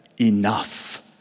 enough